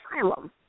asylum